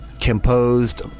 composed